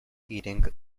eating